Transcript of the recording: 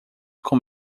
com